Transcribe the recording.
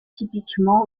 typiquement